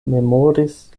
memoris